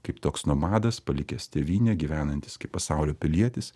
kaip toks nomadas palikęs tėvynę gyvenantis kaip pasaulio pilietis